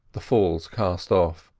the falls cast off,